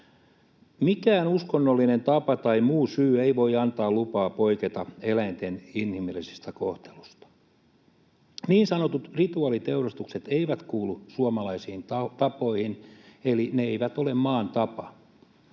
Mikään uskonnollinen tapa tai muu syy ei voi antaa lupaa poiketa eläinten inhimillisestä kohtelusta. Niin sanotut rituaaliteurastukset eivät kuulu suomalaisiin tapoihin, eli ne eivät ole maan tapa,